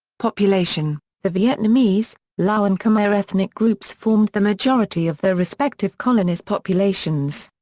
population the vietnamese, lao and khmer ethnic groups formed the majority of their respective colony's populations.